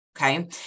Okay